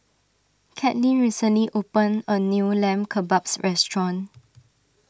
Katlyn recently opened a new Lamb Kebabs restaurant